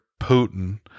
Putin